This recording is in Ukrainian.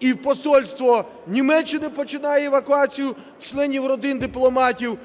і посольство Німеччини починає евакуацію членів родин дипломатів.